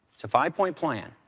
it's five-point plan.